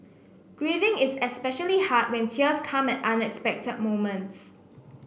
grieving is especially hard when tears come at unexpected moments